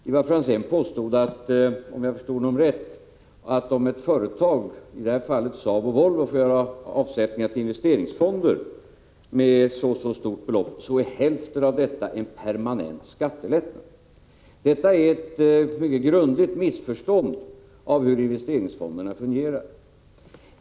Ivar Franzén påstod, om jag förstod honom rätt, att om ett företag — i det här fallet gällde det Saab och Volvo — får göra avsättningar till investeringsfonder med ett visst belopp, är hälften av detta en permanent skattelättnad. Detta är ett mycket grundligt missförstånd av hur investeringsfonderna fungerar.